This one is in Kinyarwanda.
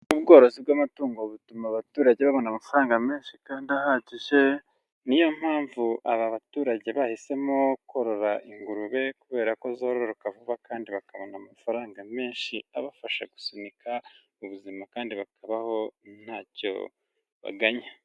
Ubworozi bw'amatungo butuma abaturage babona amafaranga menshi kandi ahagije, ni yo mpamvu aba baturage bahisemo korora ingurube, kubera ko zororoka vuba, kandi bakabona amafaranga menshi abafasha gusunika ubuzima, kandi bakabaho ntacyo baganya.